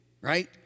right